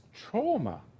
trauma